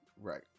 Right